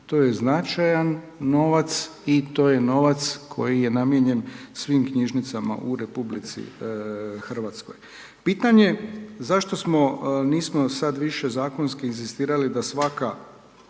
To je značajan novac i to je novac koji je namijenjen svim knjižnicama u RH. Pitanje zašto smo, nismo sada više zakonski inzistirali da svaka